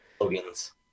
Logan's